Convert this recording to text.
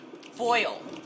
foil